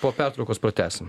po pertraukos pratęsim